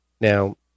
Now